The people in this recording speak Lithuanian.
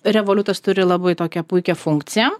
revoliutas turi labai tokią puikią funkciją